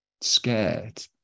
scared